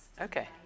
Okay